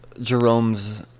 Jerome's